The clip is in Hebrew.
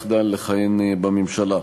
שיחדל לכהן בממשלה.